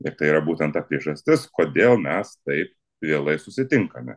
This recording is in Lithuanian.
ir tai yra būtent ta priežastis kodėl mes taip vėlai susitinkame